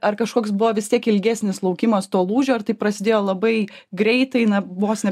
ar kažkoks buvo vis tiek ilgesnis laukimas to lūžio ir taip prasidėjo labai greitai na vos ne